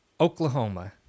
Oklahoma